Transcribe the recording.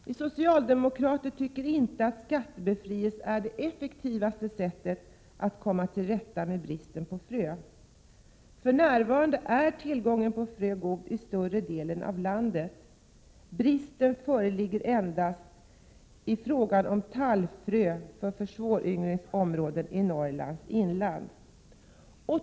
Vi socialdemokrater tycker inte att skattebefrielse är det effektivaste sättet att komma till rätta med bristen på frö. För närvarande är tillgången på frön god i större delen av landet. Brist föreligger endast i fråga om tallfrön för svårföryngrade områden i Norrlands inland.